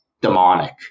demonic